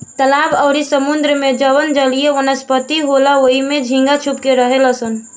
तालाब अउरी समुंद्र में जवन जलीय वनस्पति होला ओइमे झींगा छुप के रहेलसन